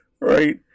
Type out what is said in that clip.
Right